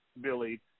Billy